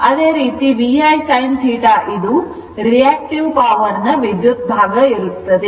ಅದೇ ರೀತಿ VIsinθ ಇದು reactive power ನ ವಿದ್ಯುತ್ ಭಾಗ ಇರುತ್ತದೆ